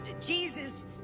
Jesus